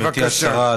גברתי השרה,